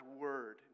word